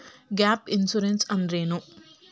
Gap insurance ಅಂದ್ರೇನು?